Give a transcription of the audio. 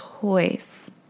choice